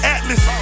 Atlas